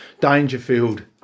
Dangerfield